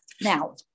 Now